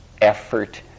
effort